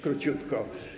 Króciutko.